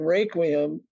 Requiem